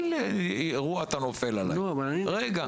כל אירוע אתה נופל עליי, רגע.